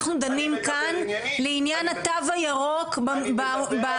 אנחנו דנים כאן לעניין התו הירוק באקדמיה,